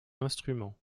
instrument